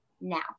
now